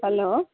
hello